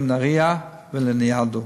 בבתי-החולים "נהריה" ולניאדו.